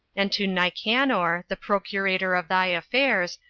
and to nicanor, the procurator of thy affairs,